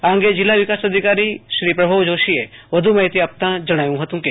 આ અંગે જિલ્લા વિકાસ અધિકારી શ્રો પ્રભવ જોષીએ વધુ માહિતી આપતાં જણાવ્યું હતું કે